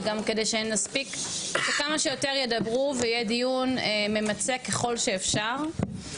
וגם כדי שנספיק שכמה שיותר ידברו ויהיה דיון ממצה ככל שאפשר.